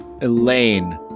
Elaine